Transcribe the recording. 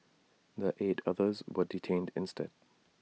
the eight others were detained instead